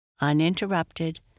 uninterrupted